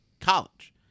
college